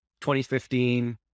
2015